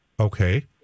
Okay